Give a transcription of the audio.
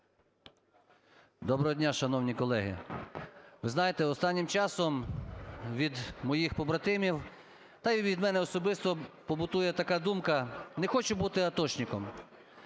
Доброго дня, шановні колеги! Ви знаєте, останнім часом від моїх побратимів та і від мене особисто побутує така думка: не хочу бути атошником.